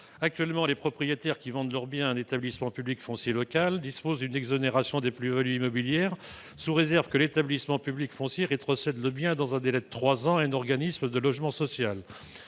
Actuellement, les propriétaires qui vendent leurs biens à un établissement public foncier local (EPFL) disposent d'une exonération des plus-values immobilières, sous réserve que l'établissement public foncier rétrocède le bien dans un délai de trois ans à un organisme de logement social.